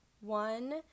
one